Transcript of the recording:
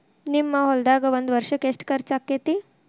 ನಿಮ್ಮ ಹೊಲ್ದಾಗ ಒಂದ್ ವರ್ಷಕ್ಕ ಎಷ್ಟ ಖರ್ಚ್ ಆಕ್ಕೆತಿ?